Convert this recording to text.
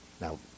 Now